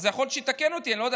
יכול להיות שתתקן אותי, אני לא יודע.